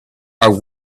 are